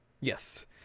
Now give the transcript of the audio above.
Yes